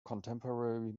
contemporary